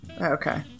Okay